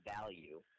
value